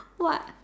what